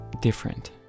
different